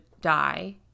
die